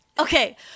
Okay